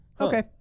Okay